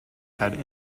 had